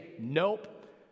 nope